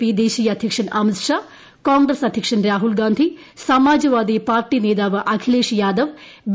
P ദേശീയ അദ്ധ്യക്ഷൻ അമിത് ഷാ കോൺഗ്രസ് അദ്ധ്യക്ഷൻ രാഹുൽഗാന്ധി സമാജ്വാദി പാർട്ടി നേതാവ് അഖിലേഷ് യാദവ് ബി